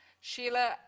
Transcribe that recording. Sheila